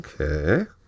Okay